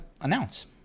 announce